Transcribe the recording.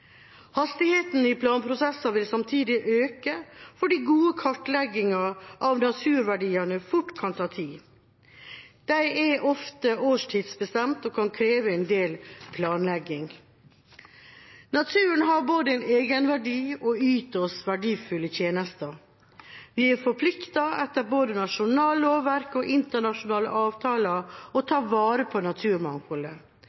Hastigheten i planprosesser vil samtidig øke fordi gode kartlegginger av naturverdiene fort kan ta tid. De er ofte årstidsbestemt og kan kreve en del planlegging. Naturen har både en egenverdi og yter oss verdifulle tjenester. Vi er forpliktet til etter både nasjonalt lovverk og internasjonale avtaler å ta vare på naturmangfoldet.